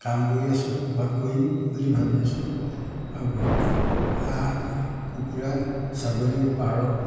কাম কৰি আছোঁ বা কৰিম বুলি ভাবি আছোঁ হাঁহ কুকুৰা ছাগলী পাৰ